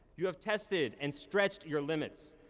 you have tested and stretched your limits.